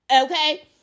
Okay